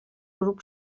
grup